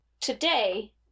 today